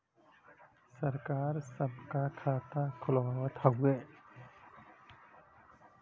सरकार सबका खाता खुलवावत हउवे